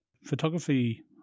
photography